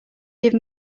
give